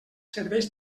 serveis